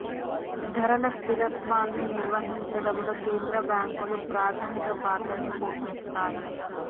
ధరల స్థిరత్వాన్ని నిర్వహించడంలో కేంద్ర బ్యాంకులు ప్రాథమిక పాత్రని పోషిత్తాయ్